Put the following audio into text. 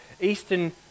Eastern